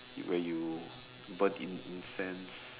where you burn incense